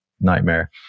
nightmare